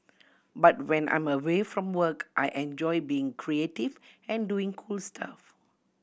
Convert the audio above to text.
but when I'm away from work I enjoy being creative and doing cool stuff